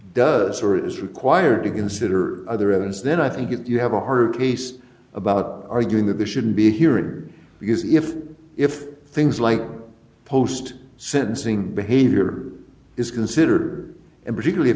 does or is required to consider other evidence then i think it you have a harder case about arguing that there should be a hearing because if if things like post sentencing behavior is considered and particularly if